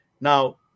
Now